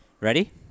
Ready